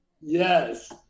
yes